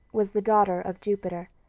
was the daughter of jupiter.